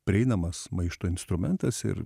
prieinamas maišto instrumentas ir